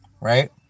right